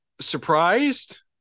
surprised